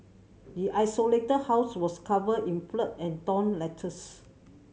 the isolated house was covered in filth and torn letters